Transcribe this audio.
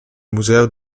museo